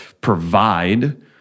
provide